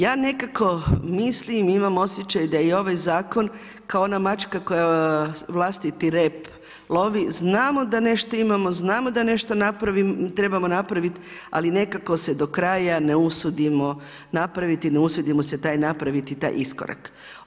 Ja nekako mislim i imam osjećaj da je ovaj zakon kao ona mačka koja vlastiti rep lovi, znamo da nešto imamo, znamo da nešto trebamo napraviti, ali nekako se do kraja ne usudimo napraviti, ne usudimo se napraviti taj iskorak.